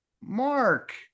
Mark